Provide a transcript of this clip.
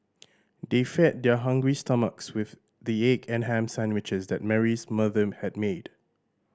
they fed their hungry stomachs with the egg and ham sandwiches that Mary's mother had made